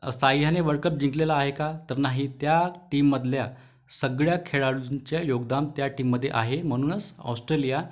साह्याने वर्ल्डकप जिंकलेला आहे का तर नाही त्या टीममधल्या सगळ्या खेळाडूंच्या योगदान त्या टीममध्ये आहे म्हणूनच ऑस्ट्रेलिया